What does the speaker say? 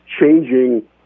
changing